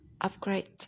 upgrade